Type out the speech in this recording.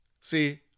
see